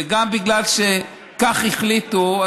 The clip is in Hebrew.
וגם בגלל שכך החליטו,